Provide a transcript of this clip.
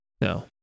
No